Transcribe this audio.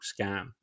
scam